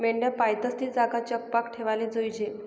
मेंढ्या पायतस ती जागा चकपाक ठेवाले जोयजे